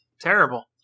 terrible